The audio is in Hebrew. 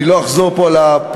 אני לא אחזור פה על הפרטים,